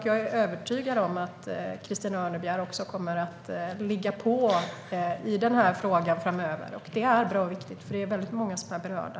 Jag är övertygad om att Christina Örnebjär kommer att ligga på i den här frågan framöver. Det är bra och viktigt; det är många som är berörda.